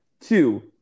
two